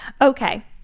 Okay